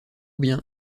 bien